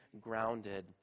grounded